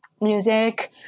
music